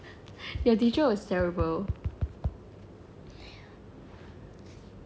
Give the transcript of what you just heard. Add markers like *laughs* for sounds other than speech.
*laughs* your teacher was terrible *breath*